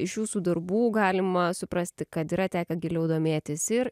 iš jūsų darbų galima suprasti kad yra tekę giliau domėtis ir